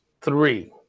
three